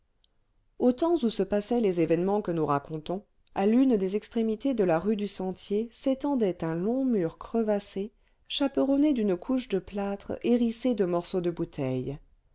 où se passaient les événements que nous racontons à l'une des extrémités de la rue du sentier s'étendait un long mur crevassé chaperonné d'une couche de plâtre hérissée de morceaux de bouteilles